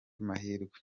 mahirwe